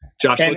Josh